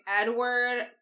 Edward